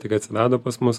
tik atsirado pas mus